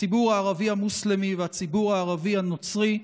הציבור הערבי המוסלמי והציבור הערבי הנוצרי,